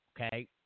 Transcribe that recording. okay